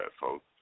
folks